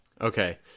Okay